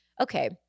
Okay